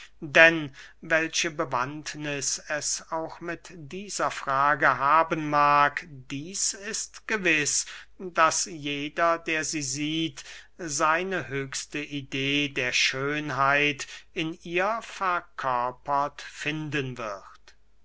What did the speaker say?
denn welche bewandtniß es auch mit dieser frage haben mag dieß ist gewiß daß jeder der sie sieht seine höchste idee der schönheit in ihr verkörpert finden wird